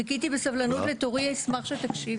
חיכיתי בסבלנות לתורי, אני אשמח שתקשיבו.